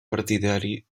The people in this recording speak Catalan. partidari